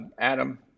Adam